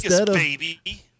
baby